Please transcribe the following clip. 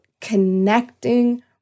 connecting